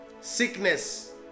Sickness